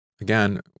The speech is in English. again